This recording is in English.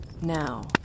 Now